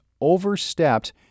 overstepped